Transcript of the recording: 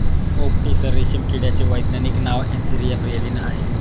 okay tasar रेशीम किड्याचे वैज्ञानिक नाव अँथेरिया प्रियलीन आहे